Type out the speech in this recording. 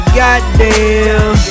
goddamn